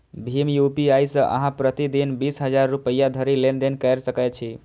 भीम UPI सं अहां प्रति दिन बीस हजार रुपैया धरि लेनदेन कैर सकै छी